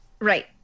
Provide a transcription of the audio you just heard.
Right